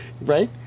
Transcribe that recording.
right